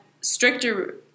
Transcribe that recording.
stricter